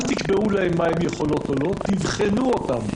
אל תקבעו להן מה הן יכולות או לא, תבחנו אותן.